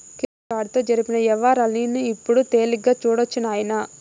credit కార్డుతో జరిపిన యవ్వారాల్ని ఇప్పుడు తేలిగ్గా సూడొచ్చు నాయనా